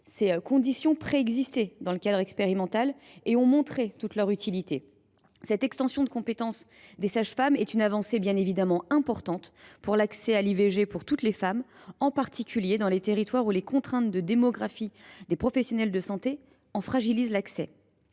Ces conditions préexistaient dans le cadre expérimental et elles ont montré toute leur utilité. Cette extension des compétences des sages femmes est une avancée importante pour l’accès à l’IVG de toutes les femmes, en particulier dans des territoires où les contraintes liées à la démographie des professionnels de santé fragilisent celui